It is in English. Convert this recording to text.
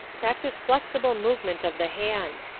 practise flexible movement of the hand.